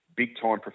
big-time